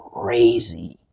crazy